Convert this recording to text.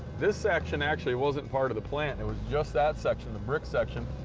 this section actually wasn't part of the plant. it was just that section, the brick section.